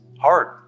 hard